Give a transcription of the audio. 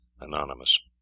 Anonymous